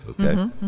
okay